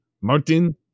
Martin